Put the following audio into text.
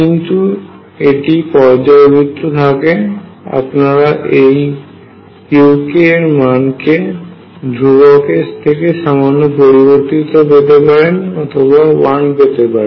কিন্তু এটি পর্যায়বৃত্ত থাকে আপনারা এই uk এর মান কে ধ্রুবকের থেকে সামান্য পরিবর্তীত পেতে পারেন অথবা 1 পেতে পারেন